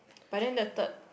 but then the third